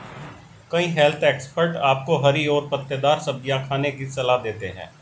कई health expert आपको हरी और पत्तेदार सब्जियां खाने की सलाह देते हैं